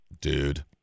dude